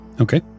Okay